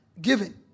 given